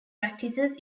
practices